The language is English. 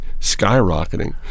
skyrocketing